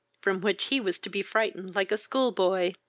from which he was to be frightened like a school-boy.